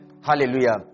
Hallelujah